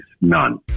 none